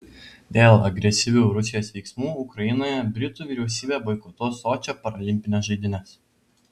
dėl agresyvių rusijos veiksmų ukrainoje britų vyriausybė boikotuos sočio paralimpines žaidynes